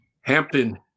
Hampton